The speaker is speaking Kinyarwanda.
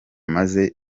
maze